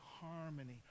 harmony